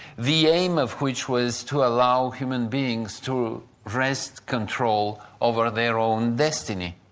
the aim of which was to allow human beings to wrest control over their own destiny.